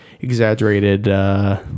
exaggerated